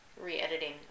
re-editing